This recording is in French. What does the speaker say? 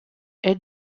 est